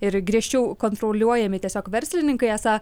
ir griežčiau kontroliuojami tiesiog verslininkai esą